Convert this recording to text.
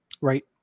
Right